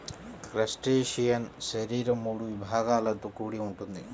crustacean శరీరం మూడు విభాగాలతో కూడి ఉంటుంది